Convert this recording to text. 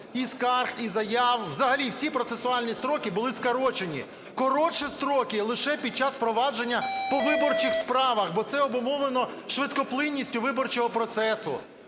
і скарг, і заяв, взагалі всі процесуальні строки були скорочені. Коротші строки лише під час провадження по виборчих справах, бо це обумовлено швидкоплинністю виборчого процесу.